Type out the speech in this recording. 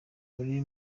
muri